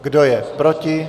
Kdo je proti?